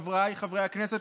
חבריי חברי הכנסת,